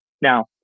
Now